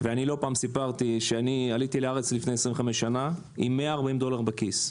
לא פעם סיפרתי שעליתי לארץ לפני 25 שנה עם 140 דולר בכיס.